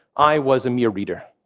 i was a mere reader.